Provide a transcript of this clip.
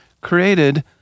created